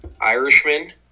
Irishman